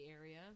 Area